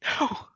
no